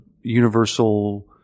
universal